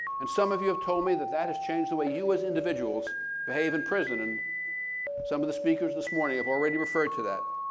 and some of you have told me that that has changed the way you as individuals behave in prison, and some of the speakers this morning have already referred to that.